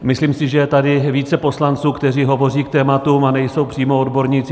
Myslím si, že je tady více poslanců, kteří hovoří k tématům a nejsou přímo odborníci.